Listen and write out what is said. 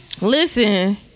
listen